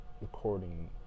recording